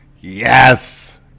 Yes